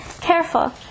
Careful